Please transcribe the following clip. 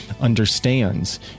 understands